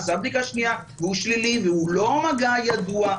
עשה בדיקה שנייה והוא שלילי והוא לא מגע ידוע,